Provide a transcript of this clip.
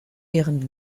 deren